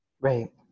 right